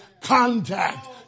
contact